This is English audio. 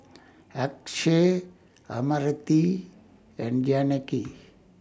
Akshay Amartya and Janaki